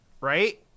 right